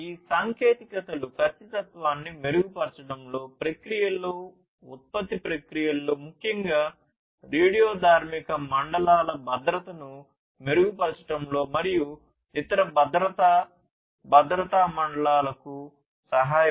ఈ సాంకేతికతలు ఖచ్చితత్వాన్ని మెరుగుపరచడంలో ప్రక్రియలలో ఉత్పత్తి ప్రక్రియలలో ముఖ్యంగా రేడియోధార్మిక మండలాల భద్రతను మెరుగుపరచడంలో మరియు ఇతర భద్రతా భద్రతా మండలాలకు సహాయపడతాయి